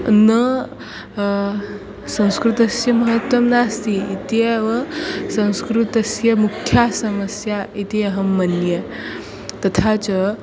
न संस्कृतस्य महत्त्वं नास्ति इत्येव संस्कृतस्य मुख्या समस्या इति अहं मन्ये तथा च